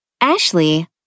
Ashley